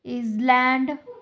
island